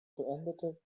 beendete